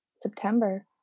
September